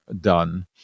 done